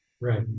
Right